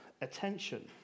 attention